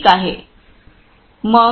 ठीक आहे मग